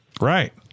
Right